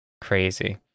crazy